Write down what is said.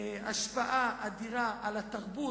בהשפעה אדירה על התרבות.